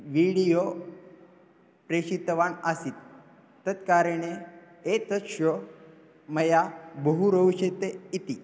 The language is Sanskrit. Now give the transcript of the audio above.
वीडियो प्रेषितवान् आसीत् तत्कारणेन एतत् शो मया बहु रोचते इति